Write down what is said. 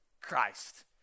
Christ